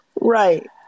Right